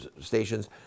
stations